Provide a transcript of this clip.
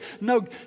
No